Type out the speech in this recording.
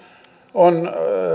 on